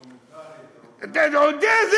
דוקומנטרי, תעודה.